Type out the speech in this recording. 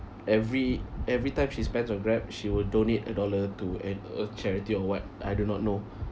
every everytime she spends on Grab she will donate a dollar to an a charity or what I do not know